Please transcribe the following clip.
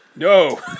No